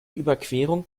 überquerung